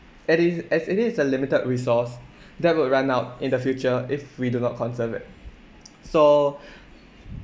as it is as it is a limited resource that will run out in the future if we do not conserve it so